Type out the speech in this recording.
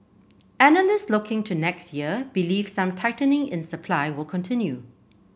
analyst looking to next year believe some tightening in supply will continue